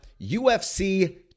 UFC